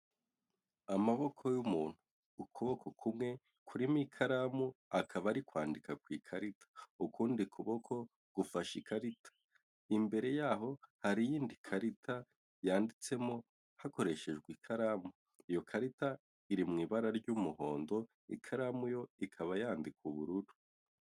Amaboko y'umuntu, ukuboko kumwe kurimo ikaramu akaba ari kwandika ku ikarita ukundi kuboko gufashe ikarita imbere yaho hari iyindi karita yanditsemo hakoreshejwe ikaramu. Iyo karita iri mu ibara ry'umuhondo ikaramu yo ikaba yandika ubururu.